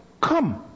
come